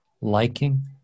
liking